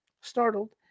startled